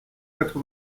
quatre